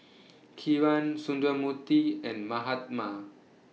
Kiran Sundramoorthy and Mahatma